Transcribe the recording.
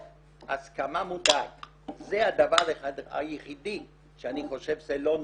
הסכמה מודעת זה הדבר היחידי שאני חושב שלא נעשה.